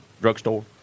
drugstore